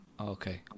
Okay